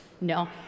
no